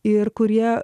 ir kurie